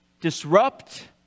disrupt